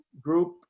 group